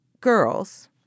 girls